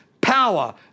power